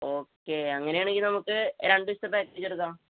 okay അങ്ങനെയാണെങ്കില് നമുക്ക് രണ്ട് ദിവസത്തെ പാക്കേജ് എടുക്കാം